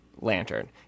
lantern